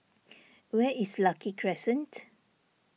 where is Lucky Crescent